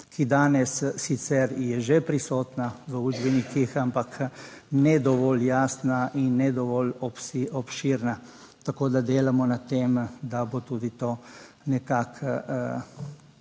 ki danes sicer je že prisotna v učbenikih, ampak ne dovolj jasna in ne dovolj obširna, tako da delamo na tem, da bo tudi to nekako